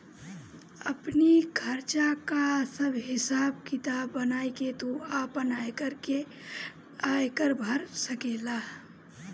आपनी खर्चा कअ सब हिसाब किताब बनाई के तू आपन आयकर भर सकेला